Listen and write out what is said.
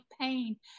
pain